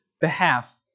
behalf